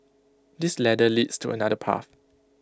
this ladder leads to another path